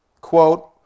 quote